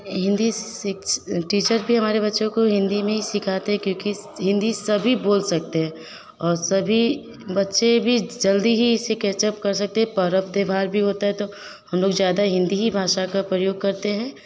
हिन्दी शि टीचर भी हमारे बच्चों को हिन्दी में ही सिखाते क्योंकि हिन्दी सभी बोल सकते हैं और सभी बच्चे भी जल्दी ही इसे कैचअप कर सकते हैं पर्व त्यौहार भी होता है तो हम लोग ज़्यादा हिन्दी ही भाषा का प्रयोग करते हैं